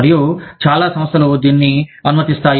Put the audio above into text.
మరియు చాలా సంస్థలు దీనిని అనుమతిస్తాయి